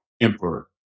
emperor